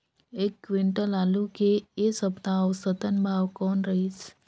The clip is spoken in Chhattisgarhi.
एक क्विंटल आलू के ऐ सप्ता औसतन भाव कौन रहिस?